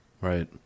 Right